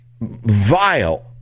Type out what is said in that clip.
vile